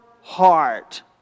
heart